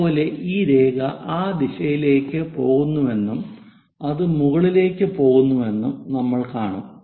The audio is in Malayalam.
അതുപോലെ ഈ രേഖ ആ ദിശയിലേക്ക് പോകുന്നുവെന്നും അത് മുകളിലേക്ക് പോകുന്നുവെന്നും നമ്മൾ കാണും